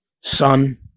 son